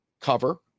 cover